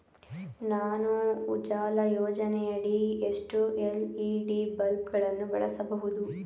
ನಾನು ಉಜಾಲ ಯೋಜನೆಯಡಿ ಎಷ್ಟು ಎಲ್.ಇ.ಡಿ ಬಲ್ಬ್ ಗಳನ್ನು ಬಳಸಬಹುದು?